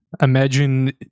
Imagine